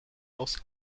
aus